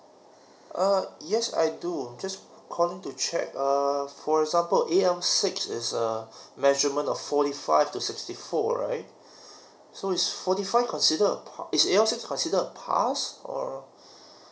err yes I do just calling to check err for example A_L six is a measurement of forty five to sixty four right so is forty five consider a pa~ is A_L six consider a pass or